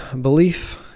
belief